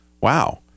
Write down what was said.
wow